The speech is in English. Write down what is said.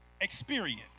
experience